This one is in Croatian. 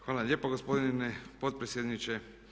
Hvala lijepa gospodine potpredsjedniče.